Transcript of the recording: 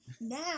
now